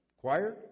Choir